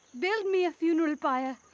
build me a funeral pyre.